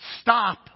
Stop